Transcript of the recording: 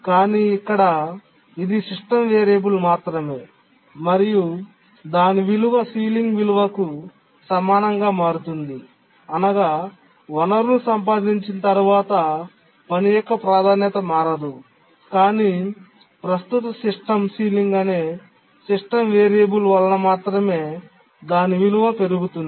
కానీ ఇక్కడ ఇది సిస్టమ్ వేరియబుల్ మాత్రమే మరియు దాని విలువ సీలింగ్ విలువకు సమానంగా మారుతుంది అనగా వనరును సంపాదించిన తర్వాత పని యొక్క ప్రాధాన్యత మారదు కానీ ప్రస్తుత సిస్టమ్ సీలింగ్ అనే సిస్టమ్ వేరియబుల్ వలన మాత్రమే దాని విలువ పెరుగుతుంది